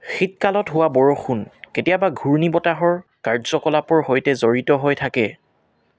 শীতকালত হোৱা বৰষুণ কেতিয়াবা ঘূৰ্ণীবতাহৰ কাৰ্য্যকলাপৰ সৈতে জড়িত হৈ থাকে